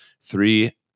three